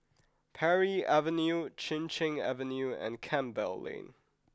Parry Avenue Chin Cheng Avenue and Campbell Lane